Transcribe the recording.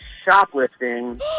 shoplifting